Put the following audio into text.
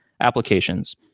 Applications